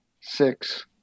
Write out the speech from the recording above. six